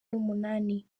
n’umunani